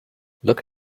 look